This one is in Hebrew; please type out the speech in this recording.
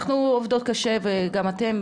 אנחנו עובדות קשה וגם אתם,